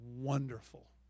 wonderful